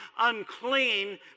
unclean